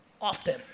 often